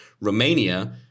Romania